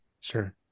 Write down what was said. Sure